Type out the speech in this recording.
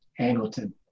Angleton